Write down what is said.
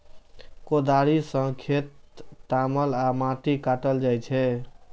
कोदाड़ि सं खेत तामल आ माटि काटल जाइ छै